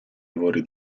lavori